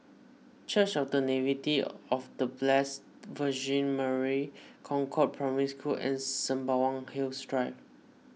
Church of the of the Blessed Virgin Mary Concord Primary School and Sembawang Hills Drive